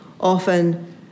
often